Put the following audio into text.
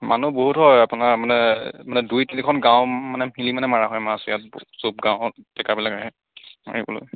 মানুহ বহুত হয় আপোনাৰ মানে মানে দুই তিনিখন গাঁও মানে মিলি মানে মৰা হয় মাছ ইয়াত চব গাঁৱৰ ডেকাবিলাকে আহে মাৰিবলৈ